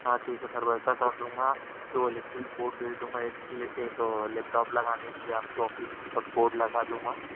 ہاں ٹھیک ہے سر ویسا کر دوں گا دو الیکٹرک بورڈ دے دوں گا ایک لیپٹٹاپ لگانے کے لیے آپ کے آفس میں سب بورڈ لگا دوں گا